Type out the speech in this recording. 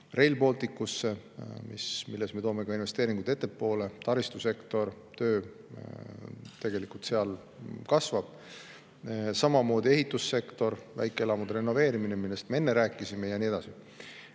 Rail Balticu puhul me toome ka investeeringud ettepoole, taristusektor – töö seal tegelikult kasvab. Samamoodi ehitussektor, väikeelamute renoveerimine, millest me enne rääkisime, ja nii edasi.